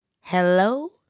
Hello